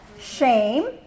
Shame